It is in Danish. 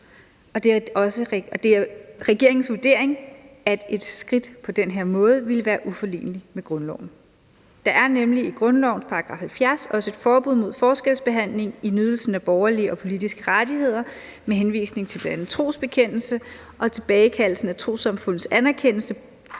og det er regeringens vurdering, at et skridt af den her art vil være uforeneligt med grundloven. Der er nemlig i grundlovens § 70 også et forbud mod forskelsbehandling i nydelsen af borgerlige og politiske rettigheder med henvisning til bl.a. trosbekendelse, og tilbagekaldelsen af trossamfunds anerkendelse